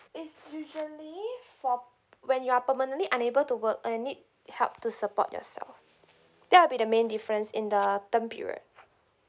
is usually for when you are permanently unable to work or you need help to support yourself that will be the main difference in the term period